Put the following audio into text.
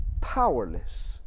powerless